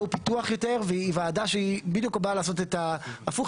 פיתוח יותר והיא ועדה שבדיוק באה לעשות הפוך,